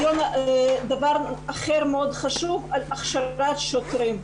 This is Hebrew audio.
דבר אחר מאוד חשוב הכשרת שוטרים.